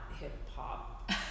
hip-hop